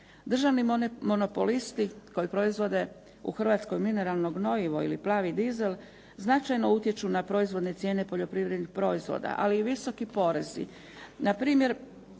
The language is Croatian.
Državni monopolisti koji proizvode u Hrvatskoj mineralno gnojivo ili plavi dizel značajnu utječu na proizvodne cijene poljoprivrednih proizvoda ali i visoki porezi.